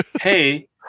hey